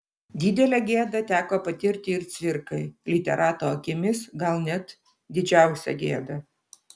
didelę gėdą teko patirti ir cvirkai literato akimis gal net didžiausią gėdą